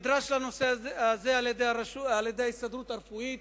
נדרש לנושא הזה על-ידי ההסתדרות הרפואית,